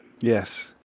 Yes